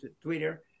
Twitter